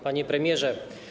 Panie Premierze!